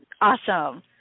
Awesome